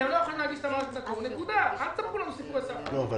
אתם לא יכולים לשנות - אל תספרו לנו סיפורי סבתא.